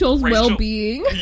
well-being